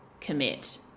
commit